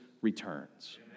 returns